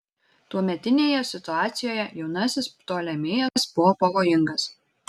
tuometinėje situacijoje jaunasis ptolemėjas buvo pavojingas